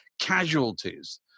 casualties